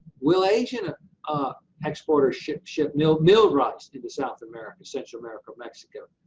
will asian ah ah exporters ship ship milled milled rice into south america, central america, mexico?